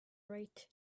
right